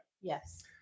Yes